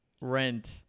rent